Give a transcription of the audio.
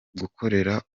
gukorera